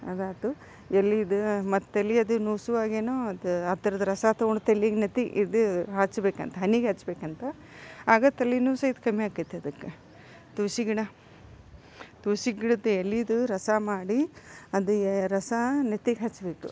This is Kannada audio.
ಅದಾತು ಎಲೆದು ಮತ್ತು ತಲೆ ಅದು ನೋವು ಶುರುವಾಗಿನು ಅದ ಅದ್ರದ್ದು ರಸ ತೊಗೊಂಡು ತಲೆಗ್ ನೆತ್ತಿಗೆ ಇದು ಹಚ್ಬೇಕಂತ ಹಣೆಗೆ ಹಚ್ಚಬೇಕಂತ ಆಗ ತಲೆನೋವ್ ಸಹಿತ ಕಮ್ಮಿ ಆಗ್ತೈತಿ ಅದಕ್ಕೆ ತುಳಸಿ ಗಿಡ ತುಳಸಿ ಗಿಡದ ಎಲೆದು ರಸ ಮಾಡಿ ಅದು ಎ ರಸ ನೆತ್ತಿಗೆ ಹಚ್ಚಬೇಕು